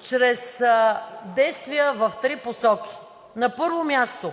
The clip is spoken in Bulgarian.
чрез действия в три посоки. На първо място,